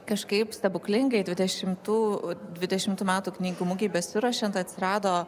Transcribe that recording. kažkaip stebuklingai dvidešimtų dvidešimtų metų knygų mugėj besiruošiant atsirado